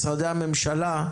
משרדי הממשלה,